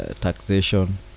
taxation